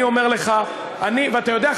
אתה יודע,